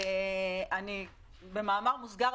במאמר מוסגר,